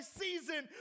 season